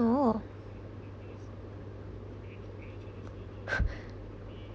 oh